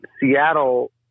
seattle